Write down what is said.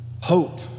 hope